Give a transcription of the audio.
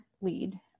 lead